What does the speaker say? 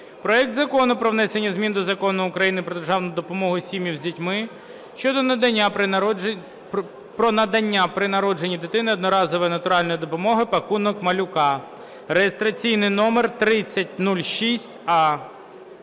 проект Закону про внесення змін до Закону України "Про державну допомогу сім'ям з дітьми" щодо надання при народженні дитини одноразової натуральної допомоги "пакунок малюка" (реєстраційний номер 3006а).